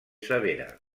severa